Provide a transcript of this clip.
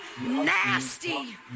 nasty